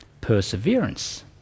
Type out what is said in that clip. perseverance